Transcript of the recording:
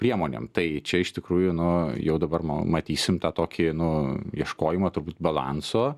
priemonėm tai čia iš tikrųjų nu jau dabar matysim tokį nu ieškojimo balanso